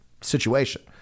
situation